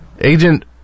Agent